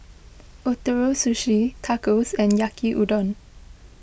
Ootoro Sushi Tacos and Yaki Udon